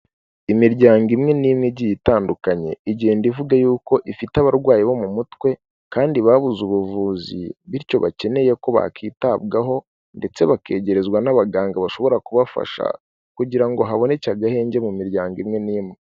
Imiryango imwe n'imwe igiye itandukanye igenda ivuga yuko ifite abarwayi bo mu mutwe kandi babuze ubuvuzi, bityo bakeneye ko bakitabwaho ndetse bakegerezwa n'abaganga bashobora kubafasha kugira ngo haboneke agahenge mu miryango imwe n'imwe.